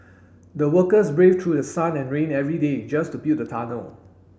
the workers braved through the sun and rain every day just to build the tunnel